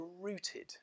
rooted